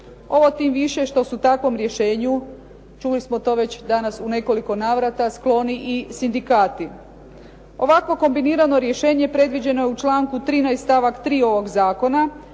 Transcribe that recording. ovo tim više što su takvom rješenju čuli smo to već danas u nekoliko navrata skloni i sindikati. Ovako kombinirano rješenje predviđeno je u članku 13. stavak 3. ovoga zakona